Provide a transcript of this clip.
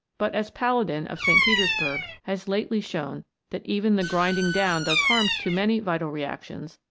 but, as palladin, of st. petersburg, has lately shown that even the grinding down does harm to many vital reactions,